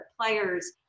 players